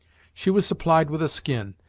she was supplied with a skin,